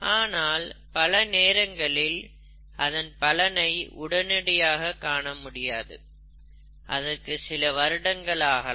ஆனால் பல நேரங்களில் அதன் பலனை உடனடியாக காணமுடியாது அதற்கு சில வருடங்கள் ஆகலாம்